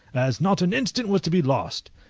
as not an instant was to be lost.